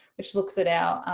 which looks at our